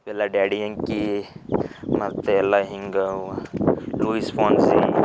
ಎಲ್ಲ ಡ್ಯಾಡಿ ಎಂಕೀ ಮತ್ತು ಎಲ್ಲ ಹಿಂಗೇ ಲೂಯಿಸ್ ಫೋನ್ಝಿ